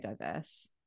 diverse